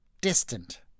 distant